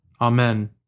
Amen